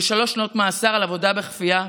לשלוש שנות מאסר של עבודה בכפייה,